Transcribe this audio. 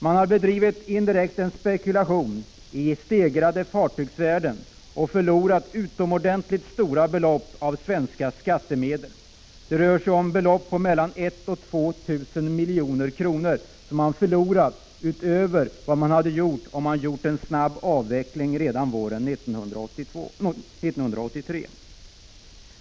Man har indirekt bedrivit en spekulation i stegrade fartygsvärden och förlorat utomordentligt stora belopp i form av svenska skattemedel. Det rör sig om belopp på mellan 1000 och 2 000 milj.kr., som man ytterligare förlorat, i stället för att genomföra en snabb avveckling redan våren 1983.